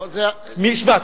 לא, משפט,